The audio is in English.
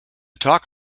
talk